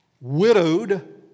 widowed